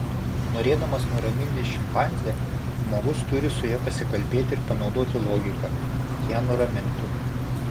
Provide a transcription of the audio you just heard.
norėdamas nuraminti šimpanzę žmogus turi su ja pasikalbėti ir panaudoti logiką kad ją nuramintų